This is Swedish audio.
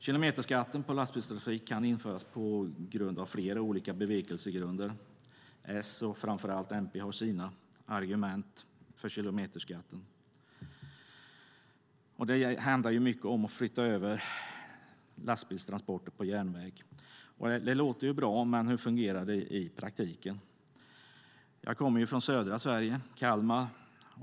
Kilometerskatt för lastbilstrafik kan införas av flera olika bevekelsegrunder. Socialdemokraterna och framför allt Miljöpartiet har sina argument för kilometerskatten. Det handlar mycket om att flytta över lastbilstransporter till järnväg. Det låter bra, men hur fungerar det i praktiken? Jag kommer från södra Sverige, Kalmar.